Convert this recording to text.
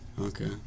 Okay